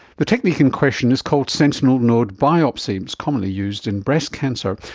the technique in question is called sentinel node biopsy, it's commonly used in breast cancer,